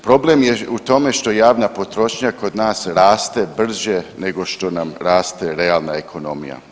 Problem je u tome što javna potrošnja kod nas raste brže nego što nam raste realna ekonomija.